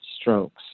strokes